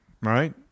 Right